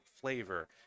flavor